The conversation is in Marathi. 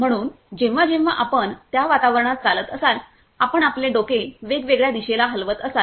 म्हणून जेव्हा जेव्हा आपण त्या वातावरणात चालत असाल आपण आपले डोके वेगवेगळ्या दिशेला हलवत असाल